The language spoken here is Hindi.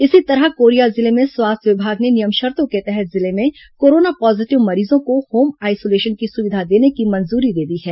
इसी तरह कोरिया जिले में स्वास्थ्य विभाग ने नियम शर्तों के तहत जिले में कोरोना पॉजीटिव मरीजों को होम आइसोलेशन की सुविधा देने की मंजूरी दे दी है